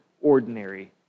ordinary